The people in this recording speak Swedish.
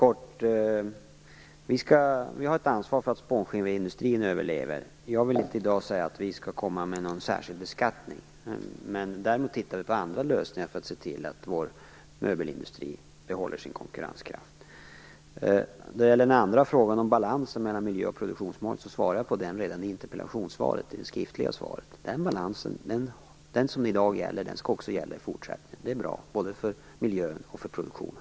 Fru talman! Helt kort: Vi har ett ansvar för att spånskiveindustrin överlever. Jag vill inte i dag säga att vi skall komma med någon särskild beskattning, men vi ser däremot på andra lösningar för att se till att vår möbelindustri behåller sin konkurrenskraft. Den andra frågan, om balansen mellan miljö och produktionsmålet, svarade jag på redan i mitt skriftliga interpellationssvar. Den balans som i dag råder skall gälla också i fortsättningen. Den är bra både för miljön och för produktionen.